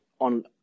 on